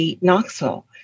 Knoxville